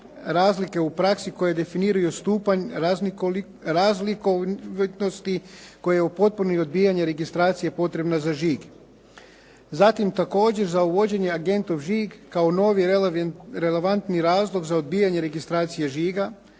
razlike u praksi koje definiraju stupanj raznolikosti koje u potpuni odbijanje registracije potrebne za žig. Zatim također za uvođenje agentov žig kao novi relevantni razlog za odbijanje registracije žig